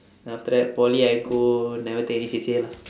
then after that poly I go I never take any C_C_A lah